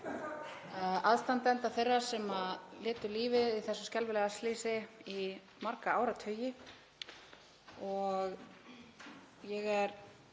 aðstandenda þeirra sem létu lífið í þessu skelfilega slysi í marga áratugi og ég er